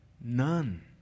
None